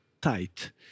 tight